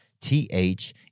T-H